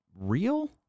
real